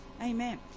Amen